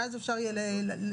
ואז אפשר יהיה לשייך.